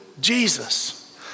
Jesus